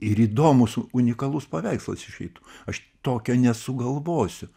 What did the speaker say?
ir įdomus unikalus paveikslas išeitų aš tokio nesugalvosiu